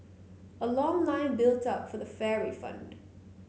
a long line built up for the fare refund